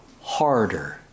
harder